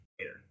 later